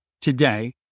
today